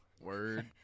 word